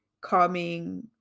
calming